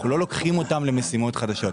אנחנו לא לוקחים אותם למשימות חדשות.